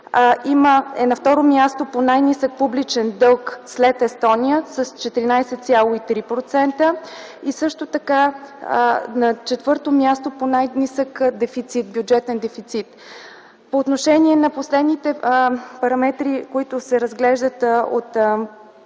е на второ място по най-нисък публичен дълг след Естония – с 14,3%, а също така е на четвърто място по най-нисък бюджетен дефицит. По отношение на последните параметри, които се разглеждат от